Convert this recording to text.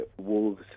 Wolves